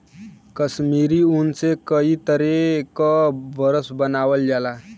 कसमीरी ऊन से कई तरे क बरस बनावल जाला